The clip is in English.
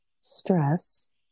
stress